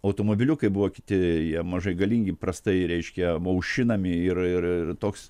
automobiliukai buvo kiti jie mažai galingi prastai reiškia buvo aušinami ir ir toks